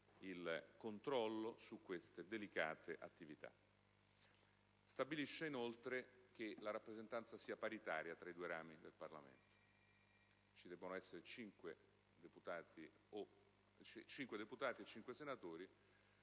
il controllo su queste delicate attività. Stabilisce, inoltre, che la rappresentanza sia paritaria tra i due rami del Parlamento. In sostanza, vi devono essere cinque deputati e cinque senatori,